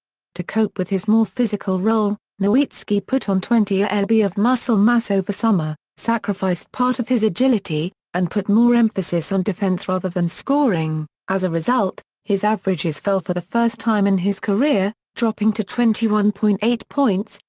to cope with his more physical role, nowitzki put on twenty ah lb of muscle mass over summer, sacrificed part of his agility, and put more emphasis on defense rather than scoring as a result, his averages fell for the first time in his career, dropping to twenty one point eight points,